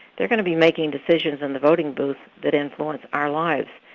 they're going to be making decisions in the voting booth that influence our lives.